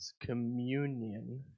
communion